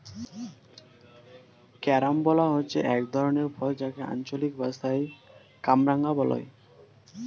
carambola হচ্ছে এক ধরনের ফল যাকে আঞ্চলিক ভাষায় কামরাঙা বলে